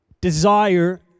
desire